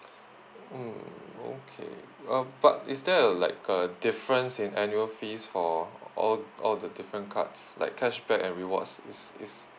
mm okay uh but is there a like a difference in annual fees for all all the different cards like cashback and rewards is is